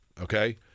Okay